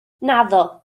naddo